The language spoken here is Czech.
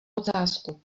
ocásku